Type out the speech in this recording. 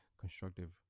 constructive